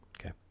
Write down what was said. okay